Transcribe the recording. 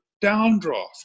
downdraft